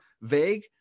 vague